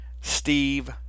Steve